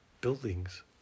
buildings